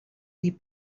dir